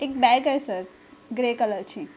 एक बॅग आहे sir grey कलरची